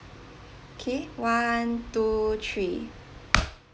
okay one two three